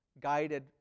guided